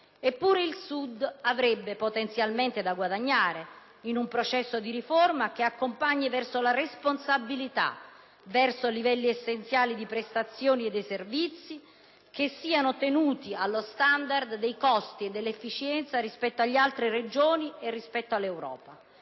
Eppure il Sud avrebbe potenzialmente da guadagnare in un processo di riforma che accompagni verso la responsabilità, verso livelli essenziali di prestazioni e di servizi che siano tenuti allo standard dei costi e dell'efficienza rispetto alle altre Regioni e rispetto all'Europa.